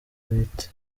bite